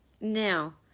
Now